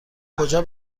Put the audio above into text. کجا